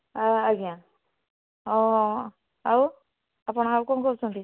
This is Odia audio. ଆଉ ଆଜ୍ଞା ଆଉ ଆପଣ ଆଉ କ'ଣ କହୁଛନ୍ତି